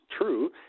true